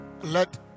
Let